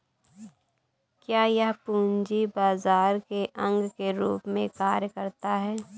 क्या यह पूंजी बाजार के अंग के रूप में कार्य करता है?